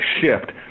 shift